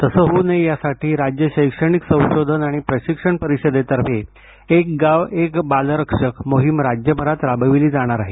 तसं होऊ नये यासाठी राज्य शैक्षणिक संशोधन आणि प्रशिक्षण परिषदेतर्फे एक गाव एक बालरक्षक मोहीम राज्यभरात राबविली जाणार आहे